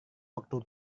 waktu